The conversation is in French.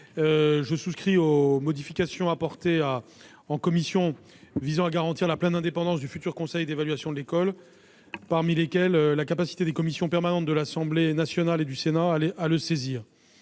Je souscris aux modifications adoptées en commission visant à garantir la pleine indépendance du futur conseil d'évaluation de l'école, notamment la capacité des commissions permanentes de l'Assemblée nationale et du Sénat à le saisir,